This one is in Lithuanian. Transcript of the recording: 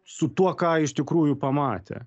su tuo ką iš tikrųjų pamatė